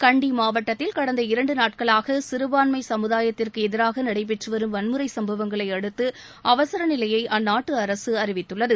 கண்டி மாவட்டத்தில் கடந்த இரண்டு நாட்களாக சிறபான்மை சமுதாயத்திற்கு எதிராக நடைபெற்று வரும் வன்முறை சம்பவங்களை அடுத்து அவசரநிலையை அந்நாட்டு அரசு அறிவித்தது